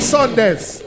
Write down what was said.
Sundays